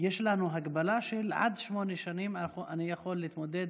יש לנו הגבלה, עד שמונה שנים אני יכול להתמודד